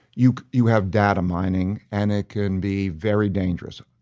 you you have data mining and it can be very dangerous.